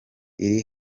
iri